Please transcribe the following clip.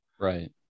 right